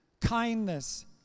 kindness